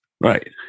right